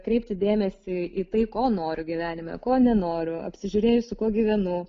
kreipti dėmesį į tai ko noriu gyvenime ko nenoriu apsižiūrėjus su kuo gyvenu